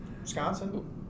Wisconsin